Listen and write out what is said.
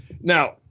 Now –